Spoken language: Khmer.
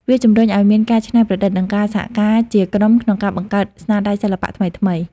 វាជំរុញឱ្យមានការច្នៃប្រឌិត និងការសហការជាក្រុមក្នុងការបង្កើតស្នាដៃសិល្បៈថ្មីៗ។